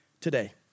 today